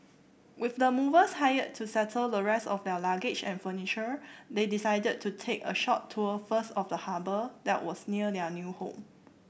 with the movers hired to settle the rest of their luggage and furniture they decided to take a short tour first of the harbour that was near their new home